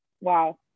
wow